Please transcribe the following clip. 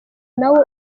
nawo